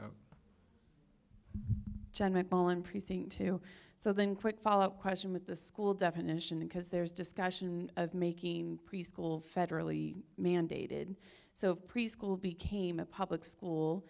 mcmullin precinct two so then quick follow up question with the school definition because there's discussion of making preschool federally mandated so preschool became a public school